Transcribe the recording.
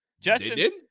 Justin